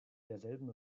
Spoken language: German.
derselben